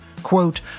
Quote